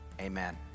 amen